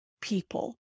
people